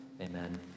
Amen